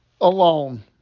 alone